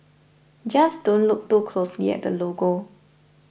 just don't look too closely at the logo